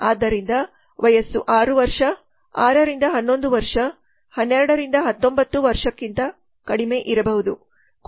ಆದ್ದರಿಂದ ವಯಸ್ಸು 6 ವರ್ಷ 6 ರಿಂದ 11 ವರ್ಷ 12 ರಿಂದ 19 ವರ್ಷಕ್ಕಿಂತ ಕಡಿಮೆ ಇರಬಹುದು